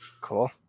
cool